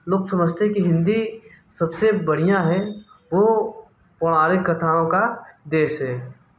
लोग समझते हैं कि हिंदी सबसे बढ़िया है वो पौराणिक कथाओं का देश है